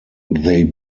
they